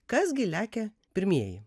kas gi lekia pirmieji